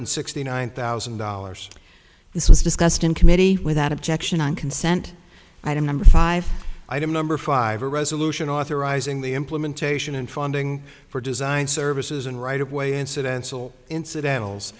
sixty nine thousand dollars this was discussed in committee without objection on consent i don't number five item number five a resolution authorizing the implementation and funding for design services and right of way incidental incidentals